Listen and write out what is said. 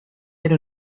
era